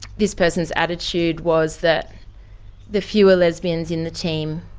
this person's attitude was that the fewer lesbians in the team,